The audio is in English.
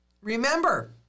remember